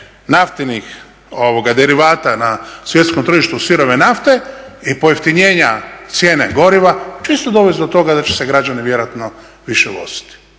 naftnih derivata na svjetskom tržištu sirove nafte i pojeftinjena cijene goriva će isto dovest do toga da će se građani vjerojatno više voziti.